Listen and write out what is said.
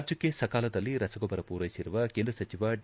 ರಾಜ್ಟಕ್ಕೆ ಸಕಾಲದಲ್ಲಿ ರಸಗೊಬ್ಬರ ಪೂರೈಸಿರುವ ಕೇಂದ್ರ ಸಚಿವ ಡಿ